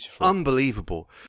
unbelievable